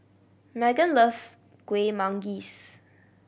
Meghan loves Kuih Manggis